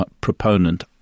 proponent